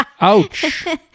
Ouch